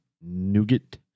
nougat